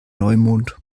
neumond